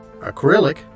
acrylic